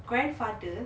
grandfather